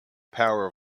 power